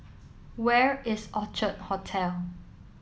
where is Orchard Hotel